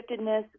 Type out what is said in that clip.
giftedness